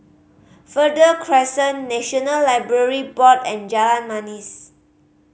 Verde Crescent National Library Board and Jalan Manis